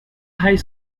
high